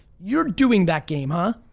you're doing that game, huh?